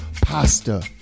pasta